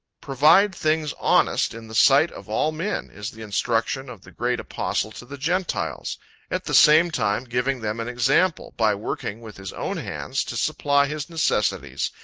provide things honest in the sight of all men, is the instruction of the great apostle to the gentiles at the same time giving them an example, by working with his own hands, to supply his necessities,